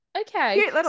Okay